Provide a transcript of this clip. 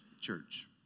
church